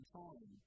time